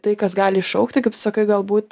tai kas gali iššaukti kaip tu sakai galbūt